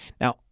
Now